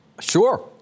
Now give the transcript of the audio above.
Sure